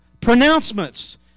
pronouncements